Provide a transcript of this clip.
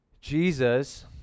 Jesus